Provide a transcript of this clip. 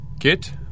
Kit